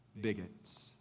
bigots